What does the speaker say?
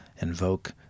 invoke